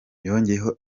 yongeyeho